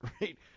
right